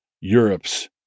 Europe's